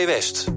West